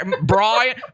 Brian